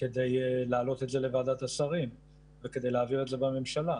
כדי להעלות את זה לוועדת השרים וכדי להעביר את זה בממשלה.